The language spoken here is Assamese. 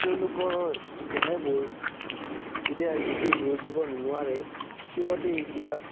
তেওঁলোকৰ দেহবোৰ এতিয়া বেছি জোৰ দিব নোৱাৰে সিহঁতে এতিয়া